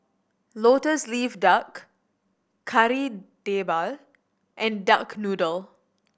Lotus Leaf Duck Kari Debal and duck noodle